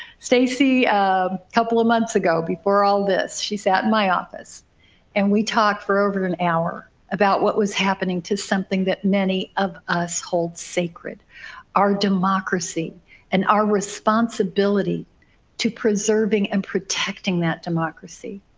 stacey a couple of months ago before all this. she sat in my office and we talked for over an hour about what was happening to something that many of us hold sacred our democracy and our responsibility to preserving and protecting that democracy.